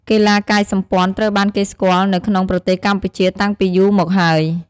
កីឡាកាយសម្ព័ន្ធត្រូវបានគេស្គាល់នៅក្នុងប្រទេសកម្ពុជាតាំងពីយូរមកហើយ។